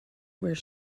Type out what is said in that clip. where